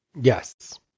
Yes